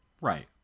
Right